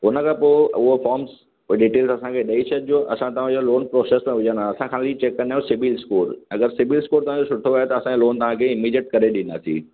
हुन खां पोइ उहो फ़ोम्स पोइ डिटेल्स असांखे ॾेई छॾिजो असां तव्हांजो लोन प्रोसैस में विझंदा असां ख़ाली चैक कंदा आहियूं सिबील स्कोर अगरि सिबील स्कोर तव्हांजो सुठो आहे त असांजे लोन तव्हांखे इमिजिएट करे ॾिंदासीं